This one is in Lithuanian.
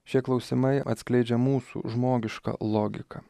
šie klausimai atskleidžia mūsų žmogišką logiką